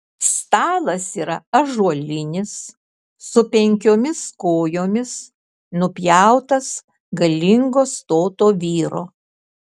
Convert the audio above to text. stalas yra ąžuolinis su penkiomis kojomis nupjautas galingo stoto vyro